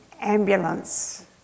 ambulance